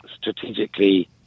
strategically